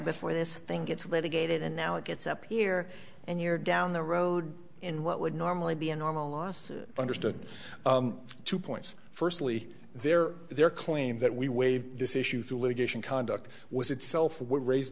before this thing gets litigated and now it gets up here and you're down the road in what would normally be a normal lawsuit understood two points firstly there their claim that we waived this issue through litigation conduct was itself were raised